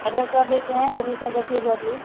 अगर कर देते हैं तो दूसरा दस में भरिए